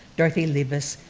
dorothy liebs,